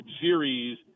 series